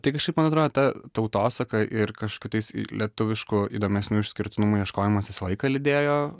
tai kažkaip man atrodo ta tautosaka ir kažkokių tais lietuviškų įdomesnių išskirtinumų ieškojimas visą laiką lydėjo